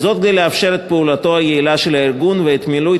וזאת כדי לאפשר את פעולתו היעילה של הארגון ואת מילוי